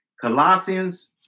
Colossians